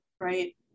Right